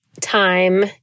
time